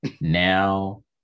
Now